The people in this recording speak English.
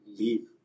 leave